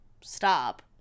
stop